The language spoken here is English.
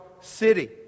city